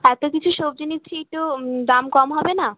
এতো কিছু সবজি নিচ্ছি তো দাম কম হবে না